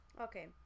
Okay